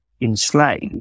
enslaved